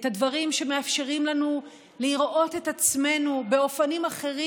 את הדברים שמאפשרים לנו לראות את עצמנו באופנים אחרים